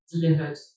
delivered